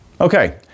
Okay